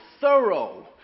thorough